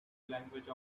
language